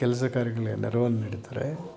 ಕೆಲಸ ಕಾರ್ಯಗ್ಳಿಗೆ ನೆರವನ್ನು ನೀಡ್ತಾರೆ